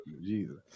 Jesus